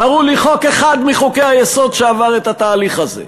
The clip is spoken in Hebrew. תראו לי חוק אחד מחוקי-היסוד שעבר את התהליך הזה.